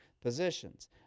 positions